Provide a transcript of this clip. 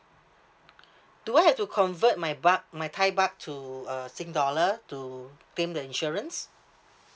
do I have to convert my baht my thai baht to uh sing dollar to claim the insurance